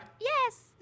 Yes